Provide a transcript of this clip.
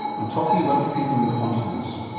i'm talking about faecal incontinence.